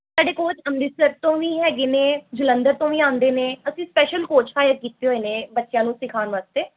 ਸਾਡੇ ਕੋਚ ਅੰਮ੍ਰਿਤਸਰ ਤੋਂ ਵੀ ਹੈਗੇ ਨੇ ਜਲੰਧਰ ਤੋਂ ਵੀ ਆਉਂਦੇ ਨੇ ਅਸੀਂ ਸਪੈਸ਼ਲ ਕੋਚ ਹਾਇਰ ਕੀਤੇ ਹੋਏ ਨੇ ਬੱਚਿਆਂ ਨੂੰ ਸਿਖਾਉਣ ਵਾਸਤੇ